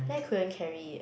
then I couldn't carry it